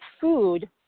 food